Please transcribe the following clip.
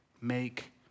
make